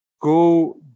go